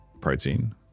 protein